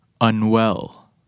Unwell